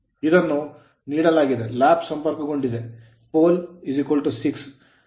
ಇದನ್ನು ನೀಡಲಾಗಿದೆ Lap ಸಂಪರ್ಕಗೊಂಡಿದೆ ಲ್ಯಾಪ್ ಕನೆಕ್ಟೆಡ್ pole ಪೋಲ್ 6